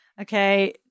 Okay